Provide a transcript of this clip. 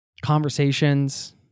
conversations